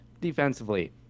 defensively